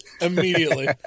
Immediately